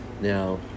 now